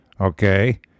okay